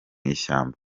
ishyamba